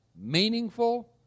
meaningful